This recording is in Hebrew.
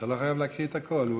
אתה לא חייב להקריא את הכול.